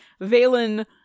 Valen